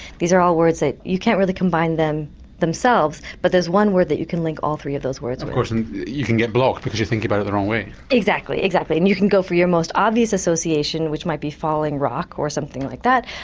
these are all words that you can't really combine them themselves but there's one word that you can link all three of those words with. of course um you can get blocked because you're thinking about it the wrong way. exactly exactly and you can go for your most obvious association which might be falling rock or something like that,